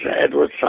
Edward